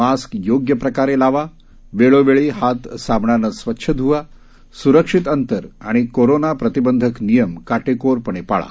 mask योग्य प्रकारे लावा वेळोवेळी हात साबणाने स्वच्छ धुवा सुरक्षित अंतर आणि कोरोना प्रतिबंधक नियम काटेकोरपणे पाळा